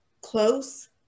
close